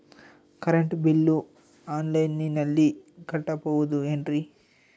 Current bill ಆನ್ಲೈನಿನಲ್ಲಿ ಕಟ್ಟಬಹುದು ಏನ್ರಿ?